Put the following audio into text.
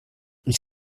ich